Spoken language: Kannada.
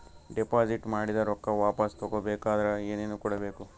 ಡೆಪಾಜಿಟ್ ಮಾಡಿದ ರೊಕ್ಕ ವಾಪಸ್ ತಗೊಬೇಕಾದ್ರ ಏನೇನು ಕೊಡಬೇಕು?